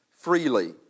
freely